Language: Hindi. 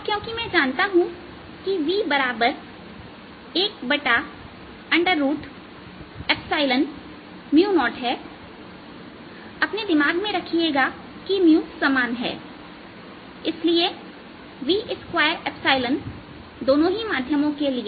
अब क्योंकि मैं जानता हूं कि v10 हैअपने दिमाग में रखिएगा की समान है और इसलिए v2 दोनों ही माध्यमों के लिए 10 होगा